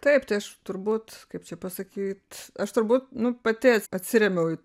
taip tai aš turbūt kaip čia pasakyt aš turbūt nu pati atsirėmiau į